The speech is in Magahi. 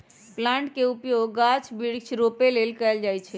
प्लांट के उपयोग गाछ वृक्ष रोपे लेल कएल जाइ छइ